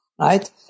Right